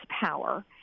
power